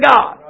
God